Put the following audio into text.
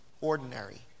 ordinary